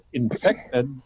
infected